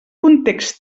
context